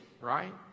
right